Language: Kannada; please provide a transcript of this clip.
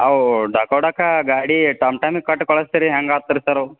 ಅವು ಡಕೋಟಕ ಗಾಡಿ ಟಾಮ್ ಟಾಮಿಗೆ ಕೊಟ್ ಕಳಿಸ್ತೀರಿ ಹೇಗಾಗ್ತ್ರಿ ಸರ್ ಅವು